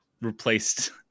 replaced